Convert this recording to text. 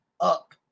up